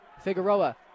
Figueroa